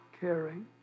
caring